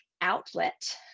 outlet